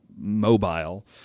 mobile